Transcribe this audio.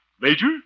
Major